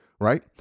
right